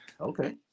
Okay